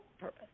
purpose